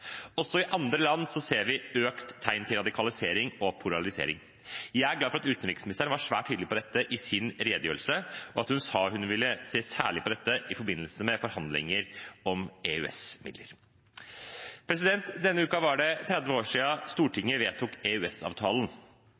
Også i andre land ser vi økt tegn til radikalisering og polarisering. Jeg er glad for at utenriksministeren var svært tydelig på dette i sin redegjørelse, og at hun sa hun ville se særlig på dette i forbindelse med forhandlinger om EØS-midler. Denne uken var det 30 år siden Stortinget vedtok